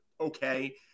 okay